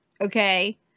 okay